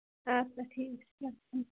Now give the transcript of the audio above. اَدٕ سا ٹھیٖک چھُ کیٚنہہ چھُنہٕ